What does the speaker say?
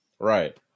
right